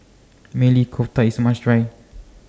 Maili Kofta IS must Try